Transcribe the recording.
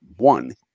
One